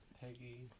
Peggy